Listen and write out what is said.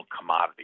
commodity